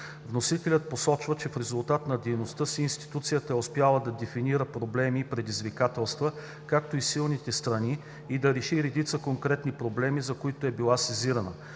Вносителят посочва, че в резултат на дейността си институцията е успяла да дефинира проблеми и предизвикателства, както и силните страни, и да реши редица конкретни проблеми, за които е била сезирана.